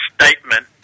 statement